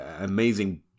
amazing